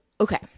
okay